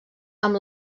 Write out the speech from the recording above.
amb